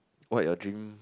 what your dream